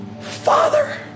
Father